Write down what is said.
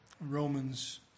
Romans